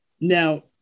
Now